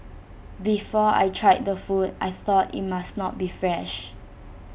before I tried the food I thought IT must not be fresh